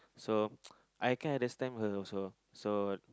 so I kinda understand also so